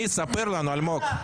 ספר לנו, אלמוג.